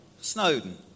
Snowden